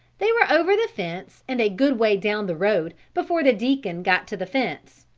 they were over the fence and a good way down the road before the deacon got to the fence,